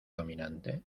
dominante